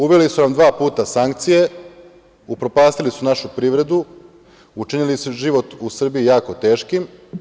Uveli su nam dva puta sankcije, upropastili su našu privredu, učinili su život u Srbiji jako teškim.